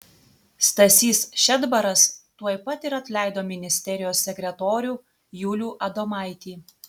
stasys šedbaras tuoj pat ir atleido ministerijos sekretorių julių adomaitį